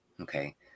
okay